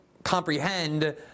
comprehend